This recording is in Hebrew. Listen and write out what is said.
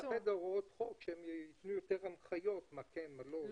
הוראות חוק שייתנו יותר הנחיות לגבי מה כן ומה לא.